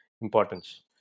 importance